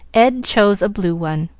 ed chose a blue one,